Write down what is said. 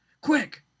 quick